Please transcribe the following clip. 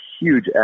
huge